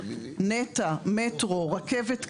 נת"ע, מטרו, רכבת קלה.